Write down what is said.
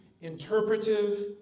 interpretive